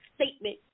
statement